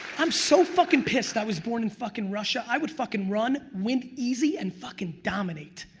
i'm so fuckin' pissed i was born in fuckin' russia. i would fuckin' run, win easy and fuckin' dominate.